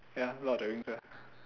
ya lord of the rings ah